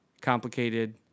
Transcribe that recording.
complicated